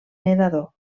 nedador